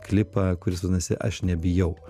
klipą kuris vadinasi aš nebijau